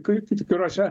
kaip atskirose